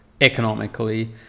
economically